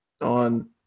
on